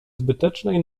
zbytecznej